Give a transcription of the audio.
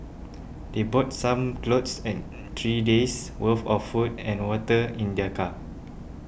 they brought some clothes and three days' worth of food and water in their car